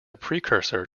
precursor